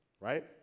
right